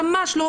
ממש לא.